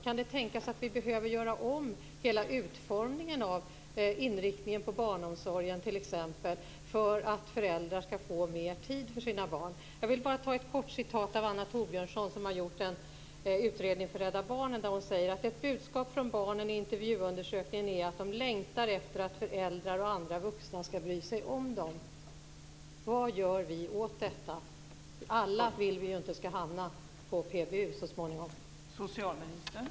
Kan det tänkas att vi behöver göra om hela utformningen av och inriktningen på barnomsorgen t.ex. för att föräldrar skall få mer tid för sina barn? Anna Torbiörnsson har gjort en utredning för Rädda Barnen. Hon säger att ett budskap från barnen i intervjuundersökningen är att de längtar efter att föräldrar och andra vuxna skall bry sig om dem. Vad gör vi åt detta? Vi vill ju inte att alla så småningom skall hamna hos PBU.